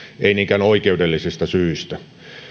ei niinkään oikeudellisista syistä